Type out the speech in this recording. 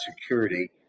security